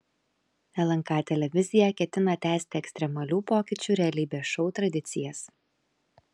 lnk televizija ketina tęsti ekstremalių pokyčių realybės šou tradicijas